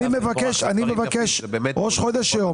אני מבקש, ראש חודש היום.